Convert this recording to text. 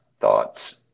thoughts